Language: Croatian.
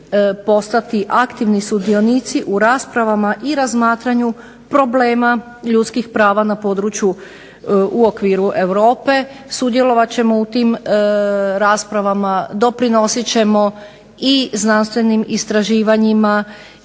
postati aktivni sudionici u raspravama i razmatranju problema ljudskih prava na području u okviru Europe. Sudjelovat ćemo u tim raspravama, doprinosit ćemo i znanstvenim istraživanjima